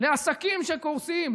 לעסקים שקורסים,